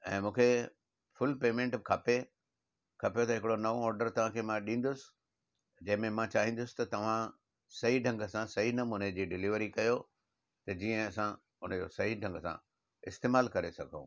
ऐं मूंखे full payment खपे खपे त हिकिड़ो नओं ऑडरु तव्हांखे मां ॾींदुसि जंहिंमें मां चाहींदुसि त तव्हां सही ढंग सां सही नमूने जी डिलेवरी कयो ऐं जीअं असां हुन खे सही ढंग सां इस्तेमालु करे सघूं